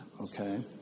Okay